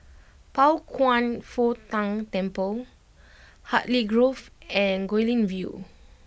Pao Kwan Foh Tang Temple Hartley Grove and Guilin View